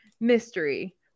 Mystery